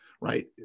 right